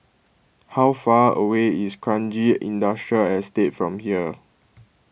how far away is Kranji Industrial Estate from here